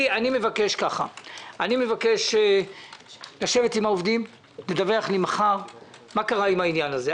אני מבקש לשבת עם העובדים ולדווח לי מחר מה קרה עם העניין הזה.